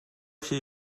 się